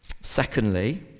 Secondly